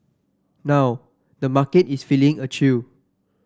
now the market is feeling a chill